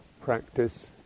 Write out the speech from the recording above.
practice